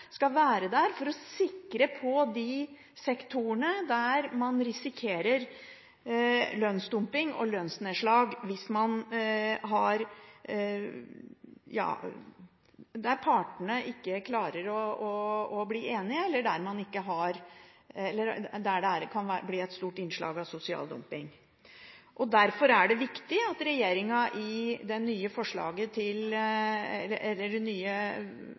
skal være der for å sikre de sektorene, der man risikerer lønnsdumping og lønnsnedslag, der partene ikke klarer å bli enige, eller der det kan bli et stort innslag av sosial dumping. Derfor er det viktig at regjeringen i den nye handlingsplan 3 mot sosial dumping peker på at det